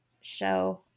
show